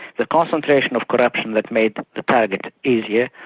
the concentration of corruption that made the target easier,